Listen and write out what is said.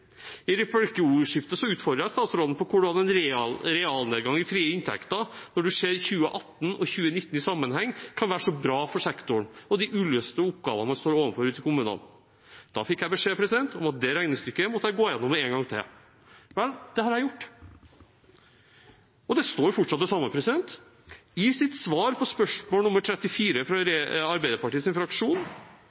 I replikkordskiftet utfordret jeg statsråden på hvordan en realnedgang i frie inntekter, når man ser 2018 og 2019 i sammenheng, kan være så bra for sektoren og de uløste oppgavene man står overfor ute i kommunene. Da fikk jeg beskjed om at det regnestykket måtte jeg gå gjennom en gang til. Det har jeg gjort, og det står fortsatt det samme. På spørsmål nr. 34 fra